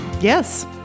Yes